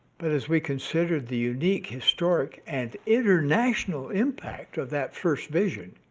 but as we considered the unique historic and international impact of that first vision,